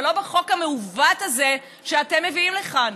אבל לא בחוק המעוות הזה שאתם מביאים לכאן.